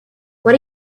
what